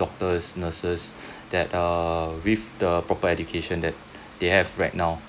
doctors nurses that uh with the proper education that they have right now